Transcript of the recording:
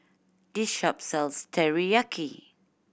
this shop sells Teriyaki